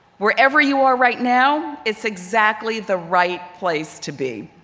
wherever you are right now, it's exactly the right place to be.